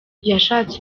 yashatse